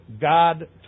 God